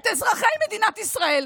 את אזרחי מדינת ישראל,